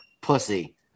pussy